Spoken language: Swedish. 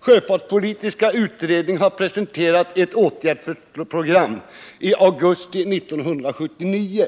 Sjöfartspolitiska utredningen presenterade ett åtgärdsprogram i augusti 1979.